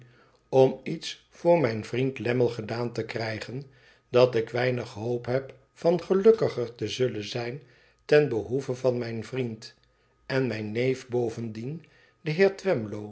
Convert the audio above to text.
om iets voor mijn vriend lammie gedaan te krijgen dat ik weinig hoop heb van gelukkiger te zullen zijn ten behoeve van mijn vriend en mijn neef bovenden den